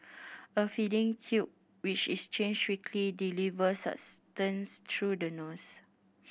a feeding tube which is changed weekly delivers sustenance through the nose